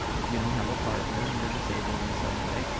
if you don't have a partner and you're disabled in some way.